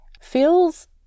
feels